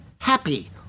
happy